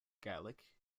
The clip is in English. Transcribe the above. gaelic